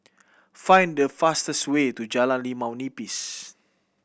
find the fastest way to Jalan Limau Nipis